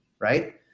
right